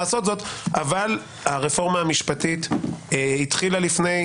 אבל הרפורמה המשפטית התחילה לפני,